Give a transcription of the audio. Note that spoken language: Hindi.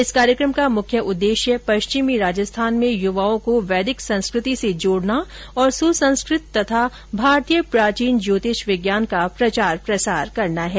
इस कार्यक्रम का मुख्य उद्देश्य पश्चिमी राजस्थान में युवाओं को वैदिक संस्कृति से जोड़ना और सुसंस्कृत तथा भारतीय प्राचीन ज्योतिष विज्ञान का प्रचार प्रसार करना है